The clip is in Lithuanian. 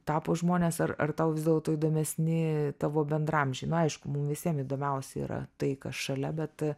tapo žmonės ar ar tau vis dėlto įdomesni tavo bendraamžiai nu aišku visiem įdomiausia yra tai kas šalia bet